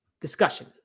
discussion